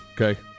Okay